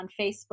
Facebook